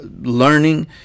learning